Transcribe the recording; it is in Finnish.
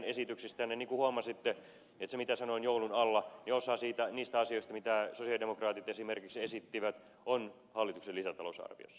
niin kuin huomasitte siitä mitä sanoin joulun alla osa niistä asioista mitä sosialidemokraatit esimerkiksi esittivät on hallituksen lisätalousarviossa